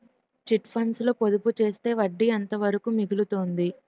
Chit funds లో పొదుపు చేస్తే వడ్డీ ఎంత వరకు మిగులుతుంది?